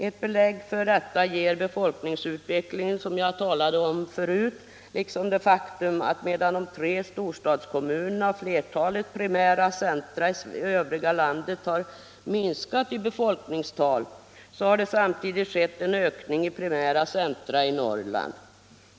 Ett belägg för detta ger befolkningsutvecklingen, som jag talade om förut, liksom det faktum att medan de tre storstadskommunerna och flertalet primära centra i övriga landet har minskat i befolkningstal har det samtidigt skett en ökning i primära centra i Norrland.